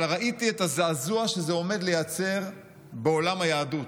אבל ראיתי את הזעזוע שזה עומד לייצר בעולם היהדות,